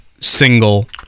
single